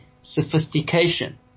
sophistication